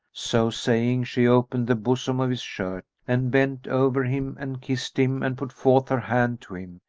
so saying, she opened the bosom of his shirt and bent over him and kissed him and put forth her hand to him,